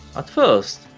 at first,